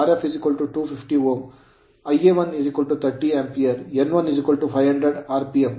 5Ω Rf 250Ω Ia130 Ampere ampere n1 500 rpm R PM